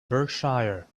berkshire